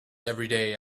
everyday